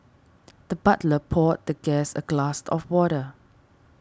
the butler poured the guest a glass of water